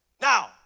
Now